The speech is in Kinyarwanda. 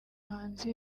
bahanzi